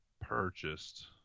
purchased